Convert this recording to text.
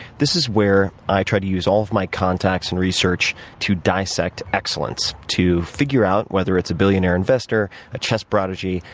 this is where i try to use all of my contacts and research to dissect excellence, to figure out whether it's a billionaire investor, a chess prodigy,